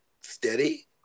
steady